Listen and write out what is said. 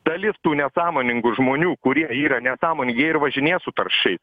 dalis tų nesąmoningų žmonių kurie yra nesąmoningi jie ir važinėja su taršiais